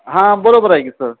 हां बरोबर आहे की सर